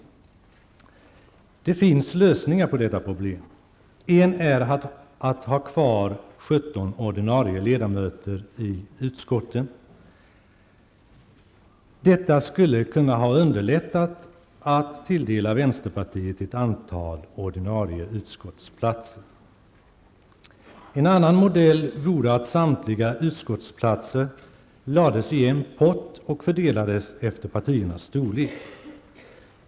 Det finns lösningar på detta problem. En lösning är att ha kvar 17 ordinarie ledamöter i utskotten. Detta skulle kunna ha underlättat att tilldela vänsterpartiet ett antal ordinarie utskottsplatser. En annan modell vore att samtliga utskottsplatser lades i en pott och fördelades efter partiernas storlek.